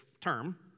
term